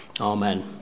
Amen